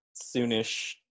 Soonish